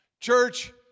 Church